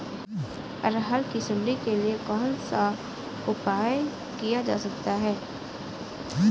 अरहर की सुंडी के लिए कौन सा उपाय किया जा सकता है?